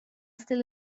still